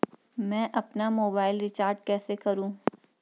मैं अपना mobile recharge कैसे करूँ?